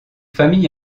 famille